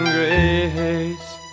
Grace